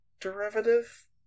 derivative